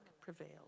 prevailed